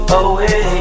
away